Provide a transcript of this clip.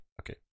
okay